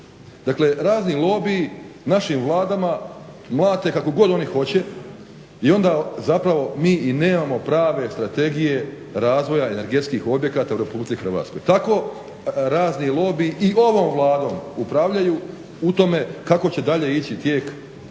Dakle, razni lobiji našim Vladama mlate kako god oni hoće i onda zapravo mi i nemamo prave strategije razvoja energetskih objekata u Republici Hrvatskoj. Tako razni lobiji i ovom Vladom upravljaju, u tome kako će dalje ići tijek